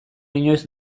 inoiz